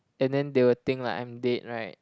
and then they will think like I am dead right